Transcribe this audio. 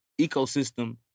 ecosystem